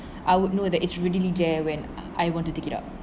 I would know that it's readily there when I want to take it up